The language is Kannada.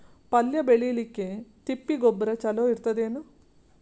ಪಲ್ಯ ಬೇಳಿಲಿಕ್ಕೆ ತಿಪ್ಪಿ ಗೊಬ್ಬರ ಚಲೋ ಇರತದೇನು?